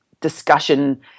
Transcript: discussion